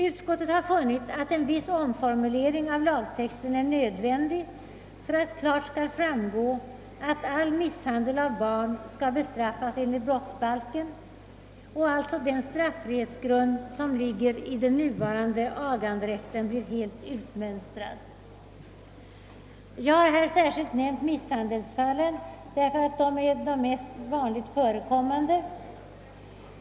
Utskottet har funnit att en viss omformulering av lagtexten är nödvändig för att det klart skall framgå att all misshandel av barn skall bestraffas enligt brottsbalken och att alltså den straffrihetsgrund som ligger i den nuvarande aganderätten blir helt utmönstrad. Jag har här särskilt nämnt misshandelsfallen, därför att de är de vanligast förekommande.